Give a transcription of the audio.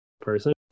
person